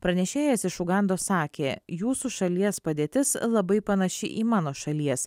pranešėjas iš ugandos sakė jūsų šalies padėtis labai panaši į mano šalies